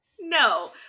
No